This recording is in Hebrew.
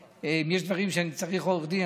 אם יש דברים שאני צריך בהם עורך דין,